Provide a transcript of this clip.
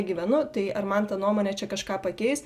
gyvenu tai ar man ta nuomonė čia kažką pakeis